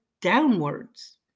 downwards